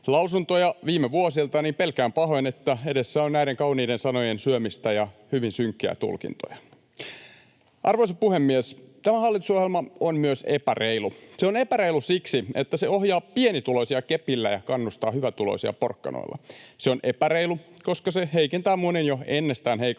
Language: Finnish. lausuntoja viime vuosilta, niin pelkään pahoin, että edessä on näiden kauniiden sanojen syömistä ja hyvin synkkiä tulkintoja. Arvoisa puhemies! Tämä hallitusohjelma on myös epäreilu. Se on epäreilu siksi, että se ohjaa pienituloisia kepillä ja kannustaa hyvätuloisia porkkanoilla. Se on epäreilu, koska se heikentää monen jo ennestään heikossa